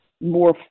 more